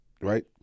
right